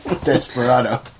Desperado